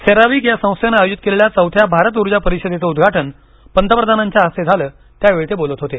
CERAWeek या संस्थेनं आयोजित केलेल्या चौथ्या भारत ऊर्जा परिषदेचं उद्घाटन पंतप्रधानांच्या हस्ते झालं त्यावेळी ते बोलत होते